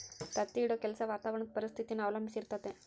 ತತ್ತಿ ಇಡೋ ಕೆಲ್ಸ ವಾತಾವರಣುದ್ ಪರಿಸ್ಥಿತಿನ ಅವಲಂಬಿಸಿರ್ತತೆ